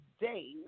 days